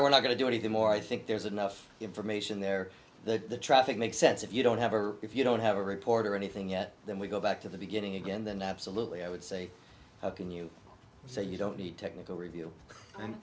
to we're not going to do anything more i think there's enough information there that the traffic makes sense if you don't have a or if you don't have a report or anything yet then we go back to the beginning again then absolutely i would say how can you say you don't need technical review and